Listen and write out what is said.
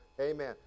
Amen